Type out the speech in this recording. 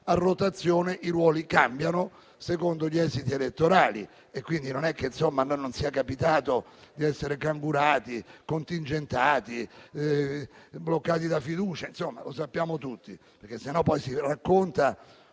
a rotazione i ruoli cambiano secondo gli esiti elettorali, quindi non è che a noi non sia capitato di vederci cangurati, contingentati o bloccati da fiducie. Insomma, lo sappiamo tutti, altrimenti poi si racconta